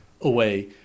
away